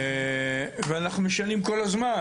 ואנו משנים כל הזמן,